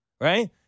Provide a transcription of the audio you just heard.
Right